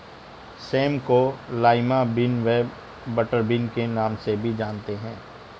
same को lima bean व butter bean के नाम से भी जानते हैं